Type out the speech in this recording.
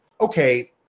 okay